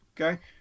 okay